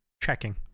Checking